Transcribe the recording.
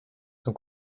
son